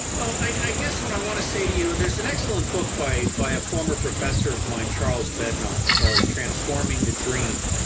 well, i guess what i want to say to you, there is an excellent book by by a former professor of mine, charles bednar, called, transforming the dream,